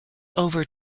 over